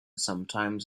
sometimes